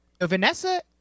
Vanessa